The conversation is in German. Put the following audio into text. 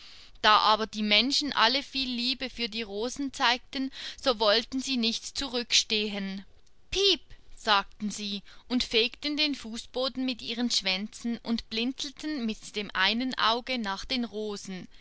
da aber die menschen alle viel liebe für die rosen zeigten so wollten sie nicht zurückstehen piep sagten sie und fegten den fußboden mit ihren schwänzen und blinzelten mit dem einen auge nach den rosen